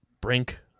Brink